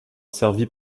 servie